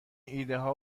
ایدهها